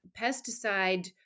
pesticide